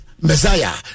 Messiah